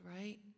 right